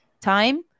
time